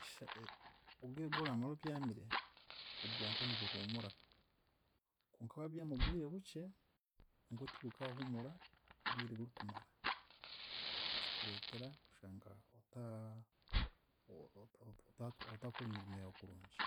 esha e- obwire obworaamare obyamire, obwonko nibuhuumuraho, konka waabyama obwire bukye, obwonko tibukaahuumura obwire bukumara, kikureetera kushanga ota ota- ota- otaakora emirimo yaawe kurungi.